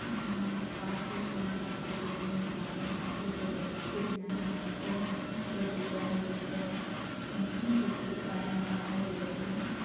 மா பாட்டெல்லாம் நல்ல பாட்டு ஓடும் நான் நல்லா கேட்டு ரசித்திருங்க நான் எப்பவும் எஃப்எம் கேட்டுக்கிட்டு தான் இருக்கேன் எஃப்எம் கேட்கறது பயனுள்ளதாக இருக்கும்